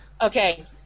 Okay